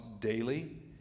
daily